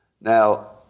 Now